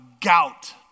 gout